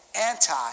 anti